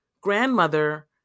grandmother